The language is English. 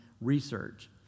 research